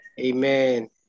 Amen